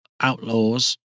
Outlaws